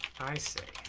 i sleep?